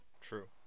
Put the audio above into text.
true